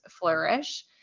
flourish